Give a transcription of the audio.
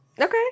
Okay